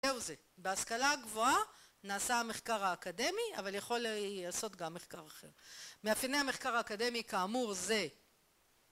זהו זה בהשכלה הגבוהה נעשה מחקר אקדמי אבל יכול לעשות גם מחקר אחר מאפייני המחקר האקדמי כאמור זה